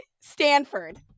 Stanford